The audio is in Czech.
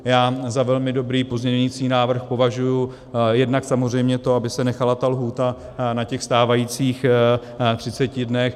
Já za velmi dobrý pozměňovací návrh považuji jednak samozřejmě to, aby se nechala ta lhůta na stávajících 30 dnech.